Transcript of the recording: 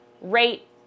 rate